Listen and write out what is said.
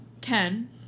Ken